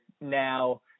now